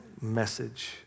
message